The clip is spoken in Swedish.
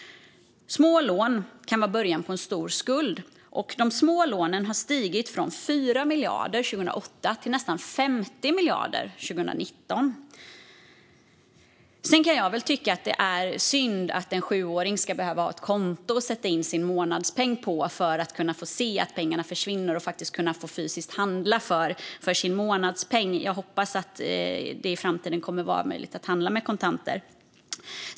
Små lån kan vara början på en stor skuld, och de små lånen har stigit från 4 miljarder 2008 till nästan 50 miljarder 2019. Jag kan väl tycka att det är synd att en sjuåring ska behöva ha ett konto att sätta in sin månadspeng på för att kunna få se att pengarna försvinner och för att faktiskt kunna få handla fysiskt för sin månadspeng. Jag hoppas att det i framtiden kommer att vara möjligt att handla med kontanter.